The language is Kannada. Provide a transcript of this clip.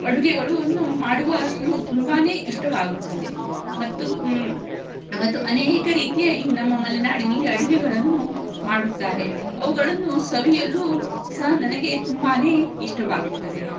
ಅಡುಗೆಗಳು ನ್ನು ಮಾಡುವ ಳು ತುಂಬನೇ ಇಷ್ಟವಾಗುತ್ತದೆ ಮತ್ತು ಮತ್ತು ಅನೇಕ ರೀತಿಯ ಈ ನಮ್ಮ ಮಲೆನಾಡಿನಲ್ಲಿ ಅಡುಗೆಗಳನ್ನು ಮಾಡುತ್ತಾರೆ ಅವುಗಳನ್ನು ಸವಿಯಲು ಸಹ ನನಗೆ ತುಂಬನೇ ಇಷ್ಟವಾಗುತ್ತದೆ